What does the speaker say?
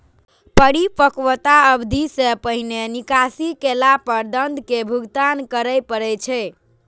परिपक्वता अवधि सं पहिने निकासी केला पर दंड के भुगतान करय पड़ै छै